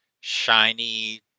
Shiny